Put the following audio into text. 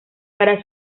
para